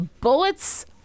Bullets